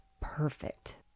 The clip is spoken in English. perfect